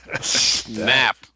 snap